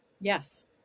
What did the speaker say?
Yes